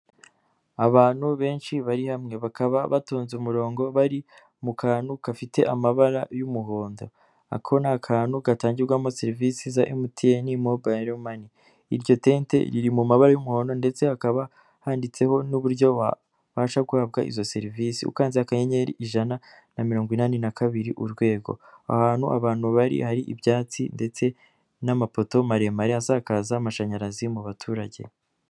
Abantu benshi bari hamwe. Bakaba batonze umurongo bari mu kantu gafite amabara y'umuhondo. Ako ni akantu gatangirwamo serivisi za emutiyene mobayiro mani. Iryo tente riri mu mabara y'umukonndo ndetse hakaba handitseho n'uburyo wabasha guhabwa izo serivisi. Ukanze akayenyeri ijana na mirongo inani na kabiri urwego. Aho hantu abantu bari hari ibyatsi ndetse n'amapoto maremare asakaza amashanyarazi mu baturage.